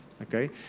Okay